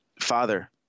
Father